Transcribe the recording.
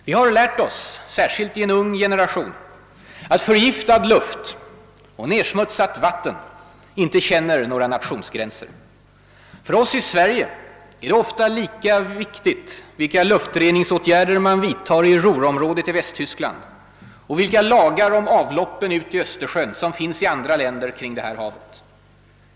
Vi har lärt oss, särskilt vi i en ung generation, att förgiftad luft och nedsmutsat vatten inte känner några nationsgränser. För oss i Sverige är det ofta lika viktigt vilka luftreningsåtgärder man vidtar i Ruhrområdet i Västtyskland och vilka lagar om avloppen ut i Östersjön som finns i andra länder kring detta hav.